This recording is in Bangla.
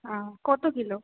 ও কত কিলো